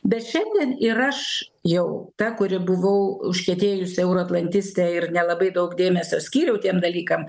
bet šiandien ir aš jau ta kuri buvau užkietėjusi euroatlantistė ir nelabai daug dėmesio skyriau tiem dalykam